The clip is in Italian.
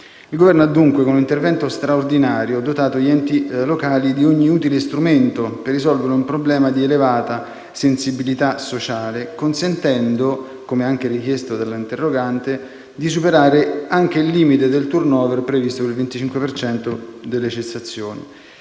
Il Governo, dunque, con un intervento straordinario, ha dotato gli enti locali di ogni utile strumento per risolvere un problema di elevata sensibilità sociale, consentendo - come anche richiesto dall'interrogante - di superare anche il limite del *turnover*, previsto per il 25 per cento, delle cessazioni.